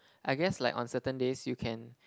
I guess like on certain days you can